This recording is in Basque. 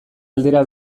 aldera